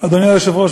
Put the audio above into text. אדוני היושב-ראש,